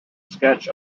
sketch